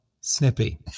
snippy